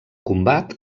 combat